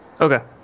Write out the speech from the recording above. Okay